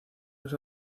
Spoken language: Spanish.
los